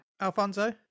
Alfonso